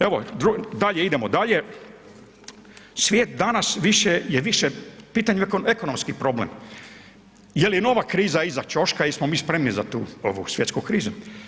Evo, dalje, idemo dalje, svijet danas više, je više pitanje ekonomski problem, je li nova kriza iza ćoška jesmo mi spremni za tu ovu svjetsku krizu.